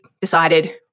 decided